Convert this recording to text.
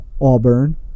Auburn